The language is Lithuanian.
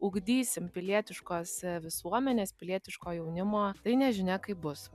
ugdysim pilietiškos visuomenės pilietiško jaunimo tai nežinia kaip bus